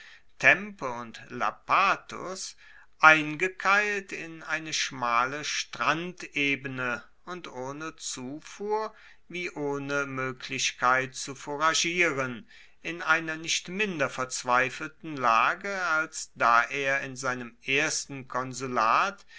tempe und lapathus eingekeilt in eine schmale strandebene und ohne zufuhr wie ohne moeglichkeit zu fouragieren in einer nicht minder verzweifelten lage als da er in seinem ersten konsulat